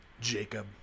Jacob